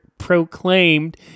proclaimed